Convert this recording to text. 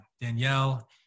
danielle